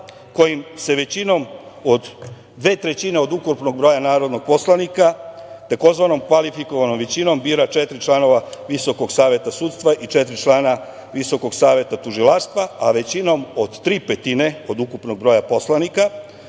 kojim se većinom od dve trećine od ukupnog broja narodnih poslanika, tzv. kvalifikovanom većinom bira četiri člana Visokog saveta sudstva i četiri člana Visokog saveta tužilaštva, a većinom od tri petine od ukupnog broja poslanika